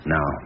Now